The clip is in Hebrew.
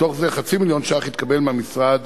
מתוך זה חצי מיליון ש"ח התקבלו מהמשרד